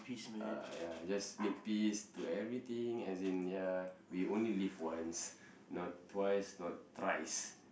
uh ya just make peace to everything as in ya we only live once not twice not thrice